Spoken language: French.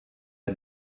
est